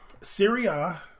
Syria